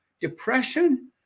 Depression